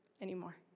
anymore